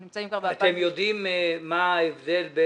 אתם יודעים מה ההבדל?